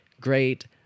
great